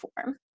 form